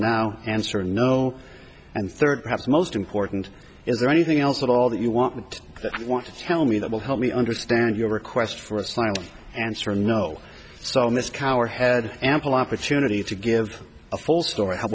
now answer no and third perhaps most important is there anything else at all that you want want to tell me that will help me understand your request for asylum answer no so miss cower had ample opportunity to give a full story